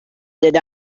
that